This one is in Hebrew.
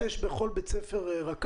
בכל בית ספר יש רכז?